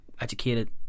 educated